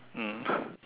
mm